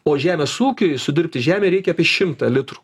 o žemės ūkiui sudirbti žemę reikia apie šimtą litrų